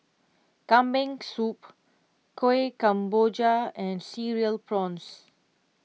Kambing Soup Kueh Kemboja and Cereal Prawns